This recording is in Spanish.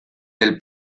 del